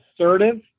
assertive